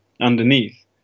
underneath